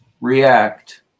react